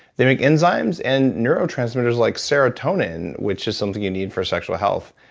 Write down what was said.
they make enzymes and neurotransmitters like serotonin which is something you need for sexual health.